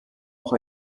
auch